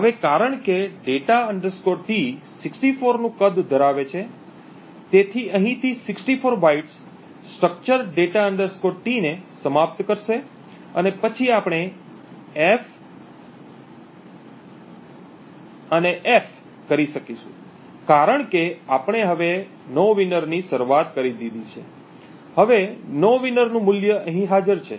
હવે કારણ કે data T 64 નું કદ ધરાવે છે તેથી અહીંથી 64 બાઇટ્સ સ્ટ્રક્ચર data T ને સમાપ્ત કરશે અને પછી આપણે f અને f કરી શકીશું કારણ કે આપણે હવે નોવિનર ની શરૂઆત કરી દીધી છે હવે nowineer નું મૂલ્ય અહીં હાજર છે